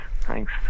thanks